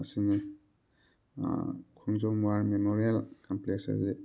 ꯑꯁꯤꯅꯤ Khongjom war memorial complex ꯑꯁꯤ